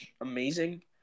amazing